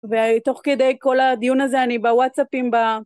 ותוך כדי כל הדיון הזה אני בוואטסאפים ב...